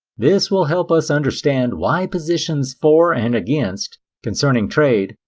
this will help us understand why positions for and against concerning trade,